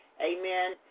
Amen